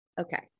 Okay